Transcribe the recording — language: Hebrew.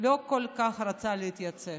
לא כל כך רצה להתייצב,